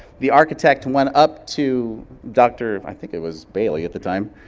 the architect went up to dr, i think it was bailey at the time,